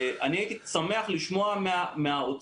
אני הייתי שמח לשמוע מהאוצר,